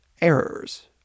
errors